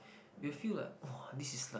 you feel like !wow! this is like